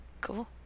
Cool